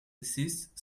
desist